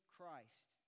Christ